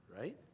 right